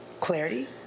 clarity